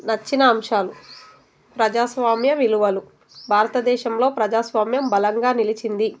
నచ్చిన అంశాలు ప్రజాస్వామ్య విలువలు భారతదేశంలో ప్రజాస్వామ్యం బలంగా నిలిచింది